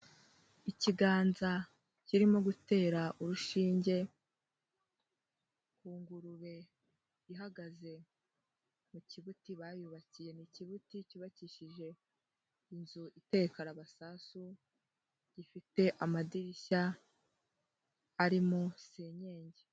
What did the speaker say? Ikiganza kirimo gutera urushinge ku ngurube ihagaze mu kibuti bayubakiye mu kibuti cyubakishije inzu iteye karabasasu gifite amadirishya arimo senyengi.